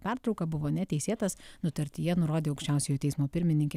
pertrauką buvo neteisėtas nutartyje nurodė aukščiausiojo teismo pirmininkė